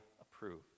approve